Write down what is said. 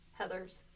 Heathers